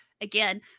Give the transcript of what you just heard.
again